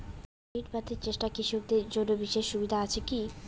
ঋণ পাতি চেষ্টা কৃষকদের জন্য বিশেষ সুবিধা আছি কি?